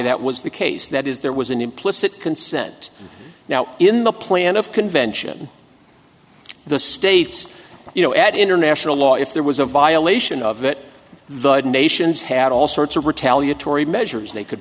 that was the case that is there was an implicit consent now in the plan of convention the states you know at international law if there was a violation of it the nations had all sorts of retaliatory measures they could